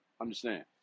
understand